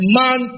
man